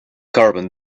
carbon